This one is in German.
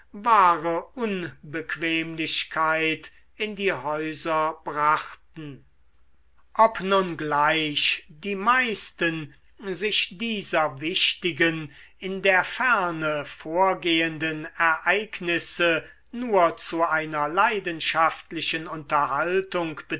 wahre unbequemlichkeit in die häuser brachten ob nun gleich die meisten sich dieser wichtigen in der ferne vorgehenden ereignisse nur zu einer leidenschaftlichen unterhaltung